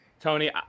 Tony